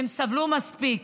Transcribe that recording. הן סבלו מספיק.